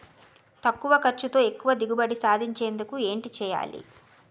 తక్కువ ఖర్చుతో ఎక్కువ దిగుబడి సాధించేందుకు ఏంటి చేయాలి?